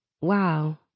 Wow